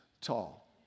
tall